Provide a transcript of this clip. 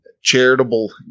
charitable